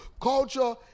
culture